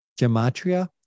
gematria